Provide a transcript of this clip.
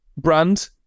brand